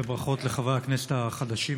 וברכות גם לחברי הכנסת החדשים,